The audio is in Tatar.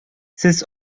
сез